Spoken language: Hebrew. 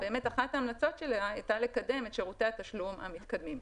אחת ההמלצות שלה הייתה לקדם את שירותי התשלום המתקדמים,